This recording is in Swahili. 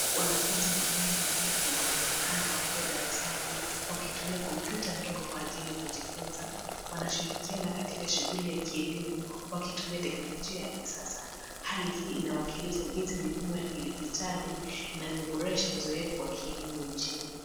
Wanafunzi wawili wa kike wanaonekana wakiwa darasani wakitumia kompyuta ndogo kwa ajili ya kujifunza. Wanashirikiana katika shughuli ya kielimu, wakitumia teknolojia ya kisasa. Hali hii inawakilisha jinsi mifumo ya kidijitali inavyoboresha uzoefu wa kielimu nchini.